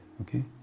okay